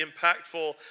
impactful